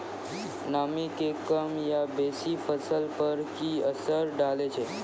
नामी के कम या बेसी फसल पर की असर डाले छै?